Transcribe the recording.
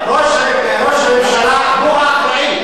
אדוני היושב-ראש, הגולן הוא שטח כבוש.